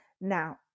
Now